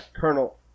Colonel